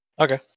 Okay